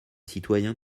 citoyens